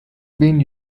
been